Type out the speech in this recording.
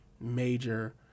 major